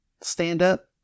stand-up